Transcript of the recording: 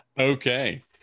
okay